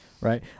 Right